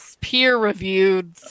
peer-reviewed